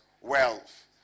wealth